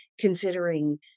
considering